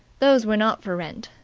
those were not for rent,